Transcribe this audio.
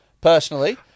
Personally